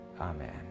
amen